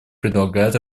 предлагают